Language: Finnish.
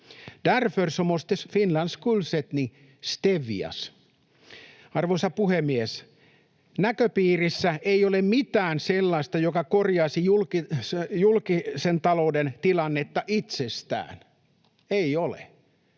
Därför måste Finlands skuldsättning stävjas. Arvoisa puhemies! Näköpiirissä ei ole mitään sellaista, joka korjaisi julkisen talouden tilannetta itsestään. Ei ole,